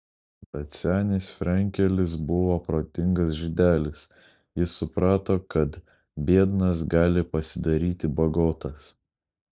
bet senis frenkelis buvo protingas žydelis jis suprato kad biednas gali pasidaryti bagotas